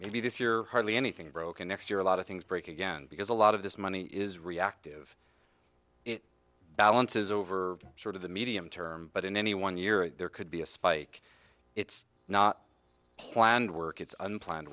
maybe this year hardly anything broken next year a lot of things break again because a lot of this money is reactive it balances over sort of the medium term but in any one year there could be a spike it's not planned work it's unplanned